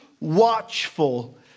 watchful